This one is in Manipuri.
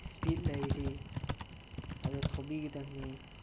ꯁ꯭ꯄꯤꯠ ꯂꯩꯔꯤ ꯑꯗ ꯊꯧꯕꯤꯒꯗꯝꯃꯤ